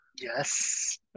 Yes